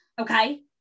Okay